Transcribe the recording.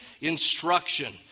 instruction